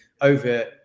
over